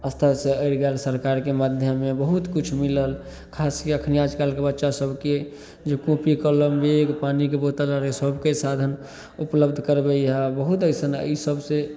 अस्तरसे अड़ि गेल सरकारके माध्यमे बहुत किछु मिलल खासके एखन आजकलके बच्चासभकेँ जे कॉपी कलम बैग पानीके बोतल आओर हइ सब कोइ साधन उपलब्ध करबै हइ बहुत अइसन ईसबसे